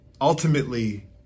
Ultimately